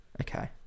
Okay